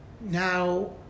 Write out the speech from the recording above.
Now